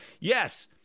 Yes